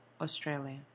Australia